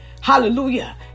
Hallelujah